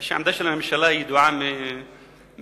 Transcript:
זה שהעמדה של הממשלה ידועה מהתחלה,